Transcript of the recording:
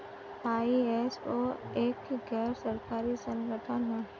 ISO एक गैर सरकारी संगठन है